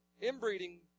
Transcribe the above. inbreeding